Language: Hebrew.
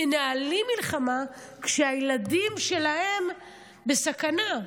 מנהלים מלחמה כשהילדים שלהם בסכנה.